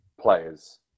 players